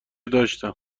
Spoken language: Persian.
داشتم